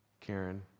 Karen